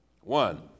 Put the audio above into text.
One